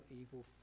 evil